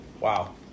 Wow